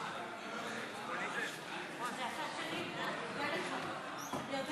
עשר דקות לרשותך.